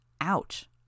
Ouch